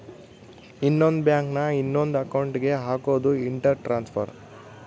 ಇನ್ನೊಂದ್ ಬ್ಯಾಂಕ್ ನ ಇನೊಂದ್ ಅಕೌಂಟ್ ಗೆ ಹಕೋದು ಇಂಟರ್ ಟ್ರಾನ್ಸ್ಫರ್